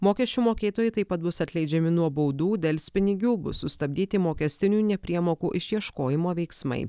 mokesčių mokėtojai taip pat bus atleidžiami nuo baudų delspinigių bus sustabdyti mokestinių nepriemokų išieškojimo veiksmai